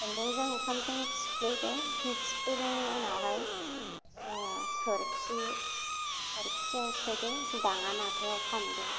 खुन्दुंजों ओंखामजों सिफ्लेदो सिफ्लेनायनि उनावहाय जोङो सोरखि सोरखिजों सोदो दाङानाथायाव फानदो